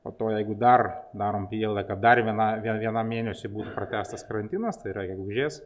po to jeigu dar darom prielaidą kad dar vienai vienam mėnesiui būtų pratęstas karantinas tai yra gegužės